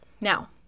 Now